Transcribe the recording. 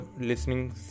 listening